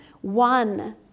one